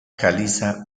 caliza